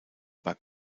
war